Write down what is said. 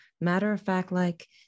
matter-of-fact-like